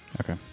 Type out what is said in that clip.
Okay